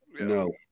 No